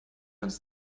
uns